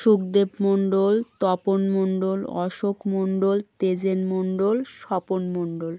Sukdev Mondal Tapan Mondal Ashok Mondal Tejen Mondal Swapan Mondal